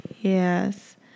Yes